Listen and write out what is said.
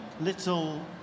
little